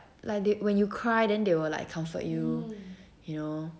like they when you cry then they will like comfort you you know